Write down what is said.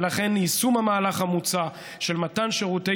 ולכן ליישום המהלך המוצע של מתן שירותי